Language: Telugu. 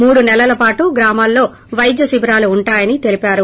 మూడు నెలల పాటు గ్రామాల్లో వైద్య శిబిరాలు ఉంటాయని తెలిపారు